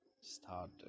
start